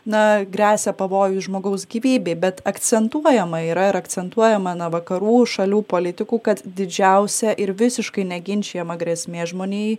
na gresia pavojus žmogaus gyvybei bet akcentuojama yra ir akcentuojama na vakarų šalių politikų kad didžiausia ir visiškai neginčijama grėsmė žmonijai